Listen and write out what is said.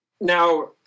Now